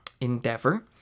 endeavor